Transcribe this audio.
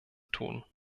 tun